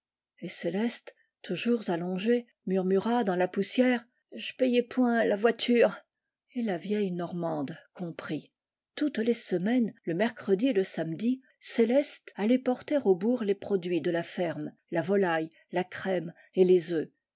et céleste toujours aflongée murmura dans la poussière j'y payais point la voiture et la vieille normande comprit toutes les semaines le mercredi et le samedi céleste allait porter au bourg les produits de la ferme la volaille la crème et les œufs